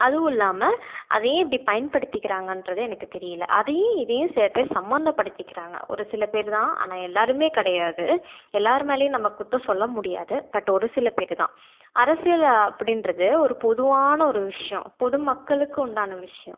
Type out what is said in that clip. அதுவும் இல்லாமல் அதை ஏன் இப்படி பயன்படுத்திக்கிறாங்ககிறது எனக்கு தெரியல அதையும் இதையும் சில பேர் சம்பந்தப்படுத்திக்கிறாங்க ஒரு சில பேர் தான் ஆனால் எல்லாேருமே கிடையாது எல்லார் மேலேயும் நம்ம குற்றம் சொல்ல முடியாது பட் ஒரு சில பேர் தான் அரசியல் அப்படின்றது ஒரு பொதுவான ஒரு விஷயம் பொது மக்களுக்கு உண்டான விஷயம்